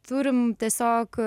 turim tiesiog